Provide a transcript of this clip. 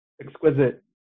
exquisite